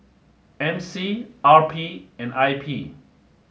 M C R P and I P